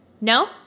No